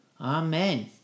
Amen